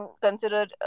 consider